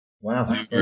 Wow